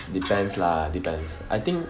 depends lah depends I think